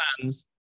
fans